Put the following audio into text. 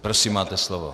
Prosím, máte slovo.